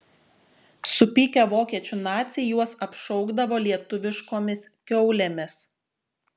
supykę vokiečių naciai juos apšaukdavo lietuviškomis kiaulėmis